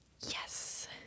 Yes